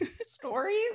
stories